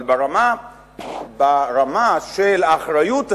אבל ברמה של האחריות הציבורית,